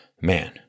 man